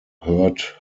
heard